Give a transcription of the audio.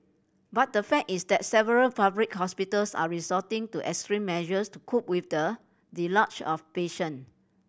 but the fact is that several public hospitals are resorting to extreme measures to cope with the deluge of patient